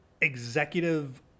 executive